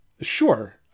sure